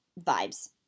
vibes